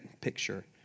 picture